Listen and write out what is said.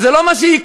זה לא מה שיקרה,